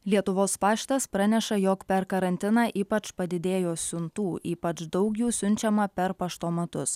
lietuvos paštas praneša jog per karantiną ypač padidėjo siuntų ypač daug jų siunčiama per paštomatus